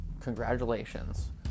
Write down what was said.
congratulations